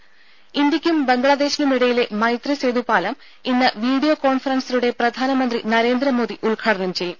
ത ഇന്ത്യക്കും ബംഗ്ലാദേശിനുമിടയിലെ മൈത്രിസേതു പാലം ഇന്ന് വിഡിയോ കോൺഫറൻസിലൂടെ പ്രധാനമന്ത്രി നരേന്ദ്രമോദി ഉദ്ഘാടനം ചെയ്യും